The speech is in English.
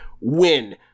win